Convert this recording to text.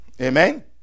Amen